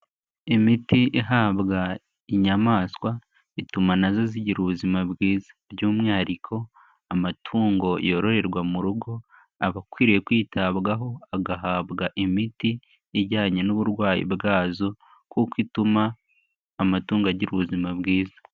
Imiti ihabwa inyamaswa, ituma nazo zigira ubuzima bwiza by'umwihariko amatungo yoroherererwa mu rugo. Aba akwiriye kwitabwaho, agahabwa imiti ijyanye n'uburwayi bwazo kuko ituma amatungo agira ubuzima bwiza.